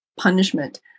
punishment